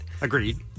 Agreed